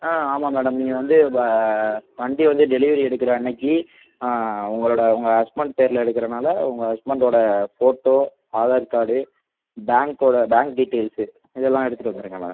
ஆ ஆமாம் மேடம் நீங்கள் வந்து வ வண்டி வந்து டெலிவரி எடுக்கிற அன்றைக்கு உங்களோட உங்கள் ஹஸ்பண்ட் பேரில் எடுக்கிறனால உங்கள் ஹஸ்பண்டோட ஃபோட்டோ ஆதார் கார்டு பேங்க்கோட பேங்க் டீட்டெயில்ஸ்ஸு இதெல்லாம் எடுத்துட்டு வந்துடுங்க மேடம்